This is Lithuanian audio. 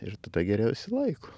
ir tada geriau išsilaiko